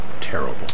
terrible